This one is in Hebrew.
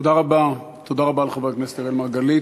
תודה רבה לחבר הכנסת אראל מרגלית.